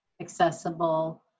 accessible